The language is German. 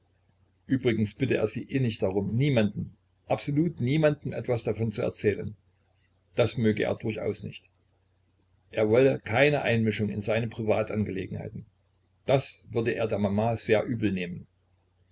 übrigens bitte er sie innig darum niemandem absolut niemandem etwas davon zu erzählen das möge er durchaus nicht er wolle keine einmischung in seine privat angelegenheiten das würde er der mama sehr übel nehmen